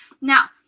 now